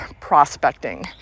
Prospecting